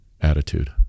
attitude